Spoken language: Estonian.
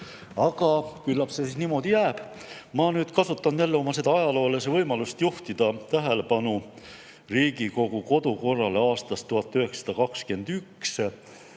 Aga küllap see siis niimoodi jääb. Ma nüüd kasutan jälle oma ajaloolase võimalust juhtida tähelepanu Riigikogu kodukorrale aastast 1921,